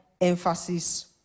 emphasis